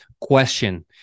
question